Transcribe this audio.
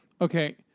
okay